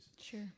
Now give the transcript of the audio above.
Sure